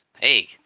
Hey